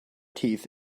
teeth